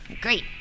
Great